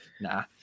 Nah